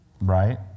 Right